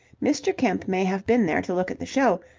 mr. kemp may have been there to look at the show,